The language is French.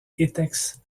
etex